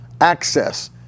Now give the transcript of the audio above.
access